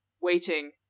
waiting